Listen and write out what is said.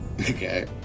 Okay